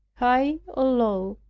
high or low,